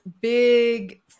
big